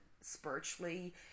spiritually